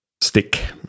stick